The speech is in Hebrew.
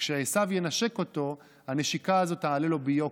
כשעשיו ינשק אותו, הנשיקה הזו תעלה לו ביוקר.